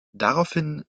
daraufhin